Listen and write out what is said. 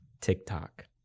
TikTok